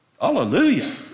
Hallelujah